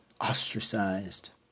ostracized